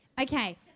Okay